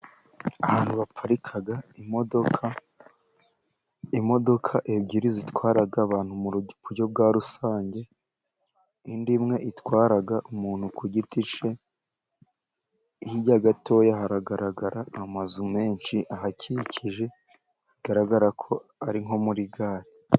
Ahantu baparika imodoka. Imodoka ebyiri zitwara abantu mu buryo bwa rusange, indi imwe itwara umuntu ku giti cye, hirya gatoya haragaragara amazu menshi ahakikije, bigaragara ko ari nko muri gare.